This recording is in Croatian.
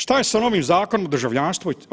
Šta je sa novim Zakonom o državljanstvu?